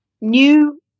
new